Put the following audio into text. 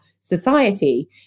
society